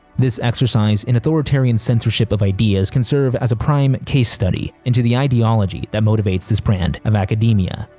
this exercise in authoritarian censorship of ideas can serve as a prime case-study into the ideology that motivates this brand of academia.